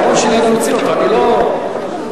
רבותי, אני מוציא את הגרון שלי.